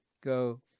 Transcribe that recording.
go